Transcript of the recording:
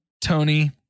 Tony